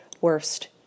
worst